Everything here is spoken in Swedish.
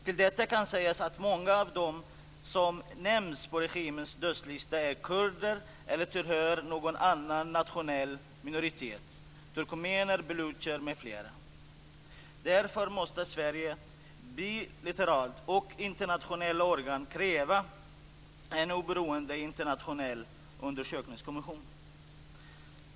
Till detta kan sägas att många av dem som nämns på regimens dödslista är kurder eller tillhör någon annan nationell minoritet, som turkmener, balucher m.fl. Därför måste Sverige bilateralt och i internationella organ kräva en oberoende internationell undersökningskommission.